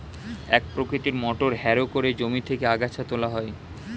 এক প্রকৃতির motor harrow করে জমি থেকে আগাছা তোলা হয়